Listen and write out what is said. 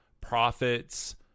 prophets